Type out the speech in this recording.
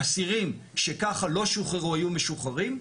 אסירים שככה לא שוחררו היו משוחררים.